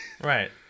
right